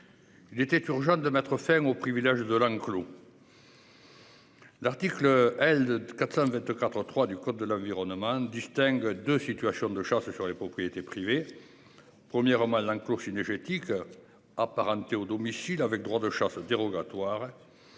Il était urgent de mettre fin aux privilèges de l'enclos. L'article L 424 3 du code de l'environnement distingue de situations de chance sur les propriétés privées. Première Malincourt cynégétique. Apparenté au domicile avec droit de chasse dérogatoire.